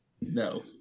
No